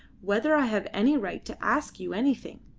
whether i have any right to ask you anything,